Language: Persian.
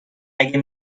اگه